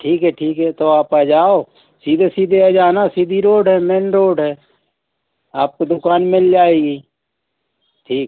ठीक है ठीक है तो आप आ जाओ सीधे सीधे आ जाना सीधी रोड है मेन रोड है आपको दुकान मिल जाएगी ठीक